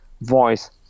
voice